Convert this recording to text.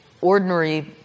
ordinary